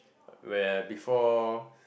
when before